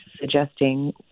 suggesting